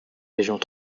régions